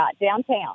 downtown